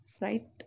right